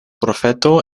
profeto